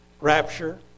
rapture